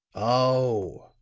oh!